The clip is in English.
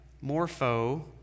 morpho